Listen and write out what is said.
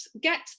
get